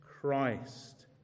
Christ